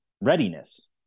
readiness